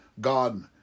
God